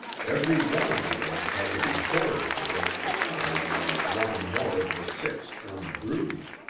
every one of the eggs had to be hoarded against the time when one or more of the six turned broody.